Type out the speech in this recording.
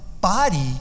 body